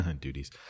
duties